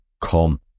come